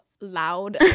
loud